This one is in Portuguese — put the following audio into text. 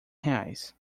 reais